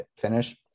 finish